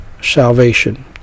salvation